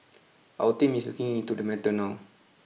our team is looking into the matter now